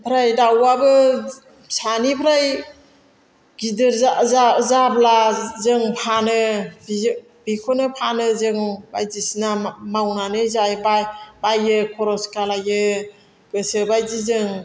ओमफ्राय दाउआबो फिसानिफ्राय गिदिर जाब्ला जों फानो बेखौनो फानो जों बायदिसिना मावनानै जाबायबायो खरस खालामो गोसोबायदि जों